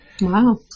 Wow